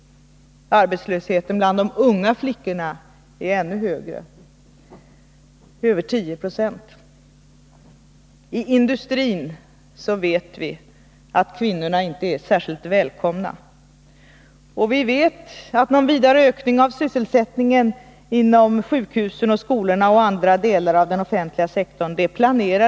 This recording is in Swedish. Arbetslöshetsprocenten bland de unga flickorna är ännu högre, över 10 procent. I industrin vet vi att kvinnor inte är särskilt välkomna. Och vi vet att regeringen inte planerar någon vidare ökning av sysselsättningen inom sjukhusen och skolorna och andra delar av den offentliga sektorn.